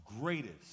greatest